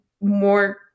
more